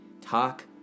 talk